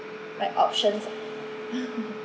like options